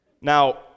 Now